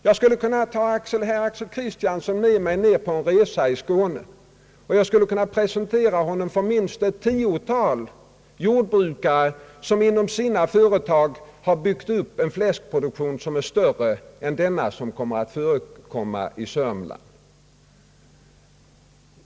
Jag skulle kunna ta med herr Axel Kristiansson på en resa i Skåne och presentera honom för minst ett tiotal jordbrukare, vilka inom sina företag har byggt upp en fläskproduktion som är större än den som förekommer vid detta företag i Södermanland.